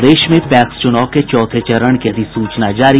प्रदेश में पैक्स चुनाव के चौथे चरण की अधिसूचना जारी